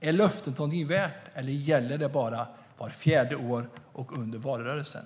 Är löftet något värt, eller gäller det bara vart fjärde år och under valrörelsen?